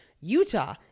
Utah